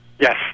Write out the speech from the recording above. Yes